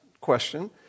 question